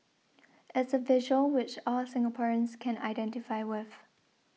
it's a visual which all Singaporeans can identify with